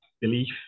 Belief